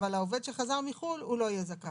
אבל העצמאי שחזר מחו"ל לא יהיה זכאי.